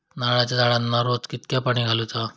नारळाचा झाडांना रोज कितक्या पाणी घालुचा?